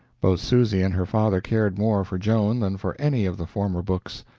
both susy and her father cared more for joan than for any of the former books.